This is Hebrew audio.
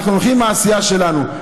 אנחנו הולכים עם העשייה שלנו.